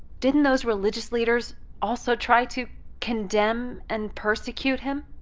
didn't those religious leaders also try to condemn and persecute him?